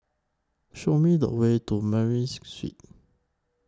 Show Me The Way to Murray Street